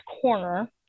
corner